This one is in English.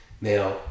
Now